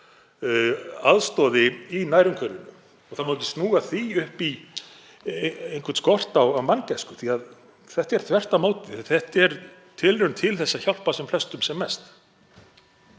aðstoði í nærumhverfinu og það má ekki snúa því upp í einhvern skort á manngæsku því að það er þvert á móti. Þetta er tilraun til þess að hjálpa sem flestum sem mest.